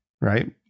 right